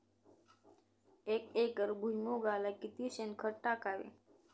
एक एकर भुईमुगाला किती शेणखत टाकावे?